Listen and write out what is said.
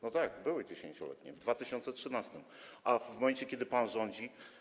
No tak, były 10-letnie - w 2013 r., a w momencie kiedy pan rządzi.